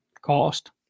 Cost